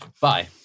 Bye